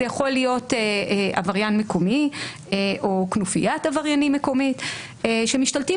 זה יכול להיות עבריין מקומי או כנופיית עבריינים מקומית שמשתלטים